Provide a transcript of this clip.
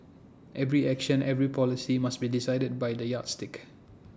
every action every policy must be decided by the yardstick